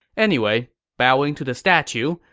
anyway, bowing to the statue,